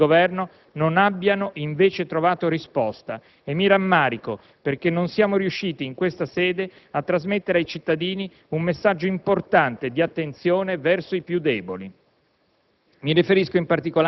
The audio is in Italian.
che avevamo posto all'attenzione del Governo non abbiano invece trovato risposta e mi rammarico perché non siamo riusciti in questa sede a trasmettere ai cittadini un messaggio importante di attenzione verso i più deboli.